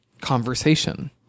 conversation